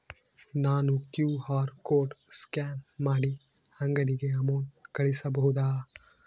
ನಾನು QR code scan ಮಾಡಿ ಅಂಗಡಿಗೆ ಅಮೌಂಟ್ ಕಳಿಸಬಹುದಾ?